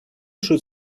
should